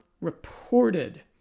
reported